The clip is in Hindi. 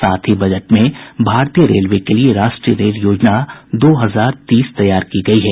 साथ ही बजट में भारतीय रेलवे के लिए राष्ट्रीय रेल योजना दो हजार तीस तैयार की गयी है